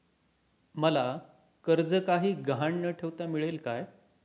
मला कर्ज काही गहाण न ठेवता मिळेल काय?